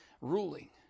ruling